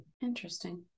Interesting